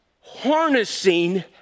harnessing